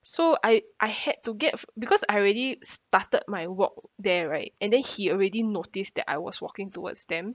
so I I had to get because I already started my walk there right and then he already noticed that I was walking towards them